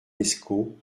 lescot